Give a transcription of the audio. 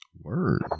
Word